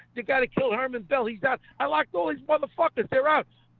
you gotta kill herman bell he's out. i liked all these motherfuckers they're out.